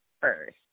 first